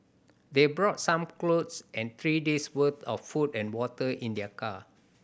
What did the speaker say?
they brought some clothes and three days' worth of food and water in their car